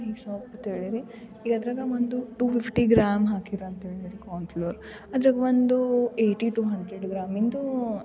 ಈಗ ಸ್ವಲ್ಪ್ ತಿಳಿರಿ ಅದ್ರಗ ಒಂದು ಟು ಫಿಫ್ಟಿ ಗ್ರಾಮ್ ಹಾಕಿರ ಅಂತ ಹೇಳಿದ್ರೆ ಕಾನ್ ಫ್ಲೋರ್ ಅದ್ರಾಗೆ ಒಂದೂ ಏಯ್ಟಿ ಟು ಹಂಡ್ರೆಡ್ ಗ್ರಾಮಿಂದೂ